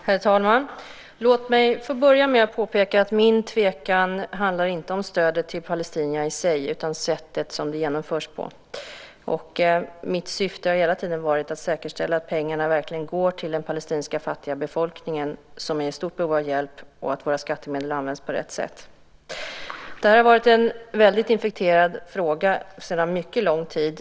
Herr talman! Låt mig få börja med att påpeka att min tvekan inte handlar om stödet till palestinierna i sig utan sättet det genomförs på. Mitt syfte har hela tiden varit att säkerställa att pengarna verkligen går till den palestinska fattiga befolkningen, som är i stort behov av hjälp, och att våra skattemedel används på rätt sätt. Det här har ju varit en infekterad fråga sedan mycket lång tid.